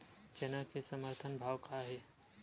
चना के समर्थन भाव का हे?